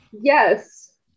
Yes